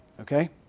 okay